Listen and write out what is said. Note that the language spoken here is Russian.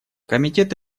комитет